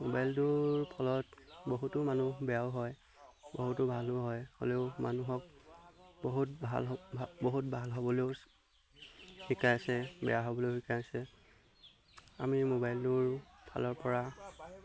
মোবাইলটোৰ ফলত বহুতো মানুহ বেয়াও হয় বহুতো ভালো হয় হ'লেও মানুহক বহুত ভাল বহুত ভাল হ'বলৈয়ো শিকাইছে বেয়া হ'বলৈয়ো শিকাইছে আমি মোবাইলটোৰ ফালৰপৰা